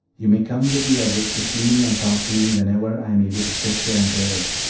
you may come with the others to see me and talk to me whenever i am able to sit here and bear it.